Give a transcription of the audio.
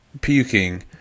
puking